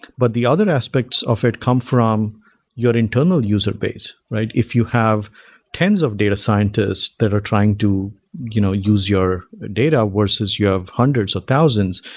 but the other aspects of it come from your internal user base, right? if you have tens of data scientists that are trying to you know use your data versus you have hundreds of thousands,